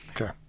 Okay